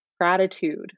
gratitude